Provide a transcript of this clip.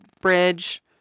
bridge